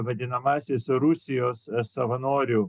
vadinamasis rusijos savanorių